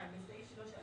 "(2) בסעיף 3(א)(2),